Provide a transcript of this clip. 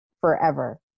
forever